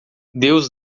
deus